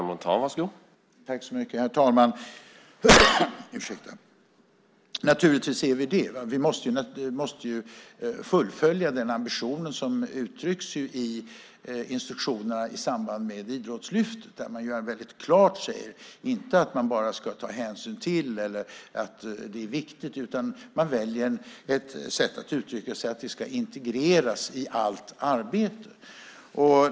Herr talman! Naturligtvis är vi det. Vi måste fullfölja den ambition som uttrycks i instruktionerna i samband med Idrottslyftet, där man klart säger att man inte bara ska ta hänsyn till eller att det är viktigt utan att jämställdheten ska integreras i allt arbete.